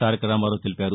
తారక రామారావు తెలిపారు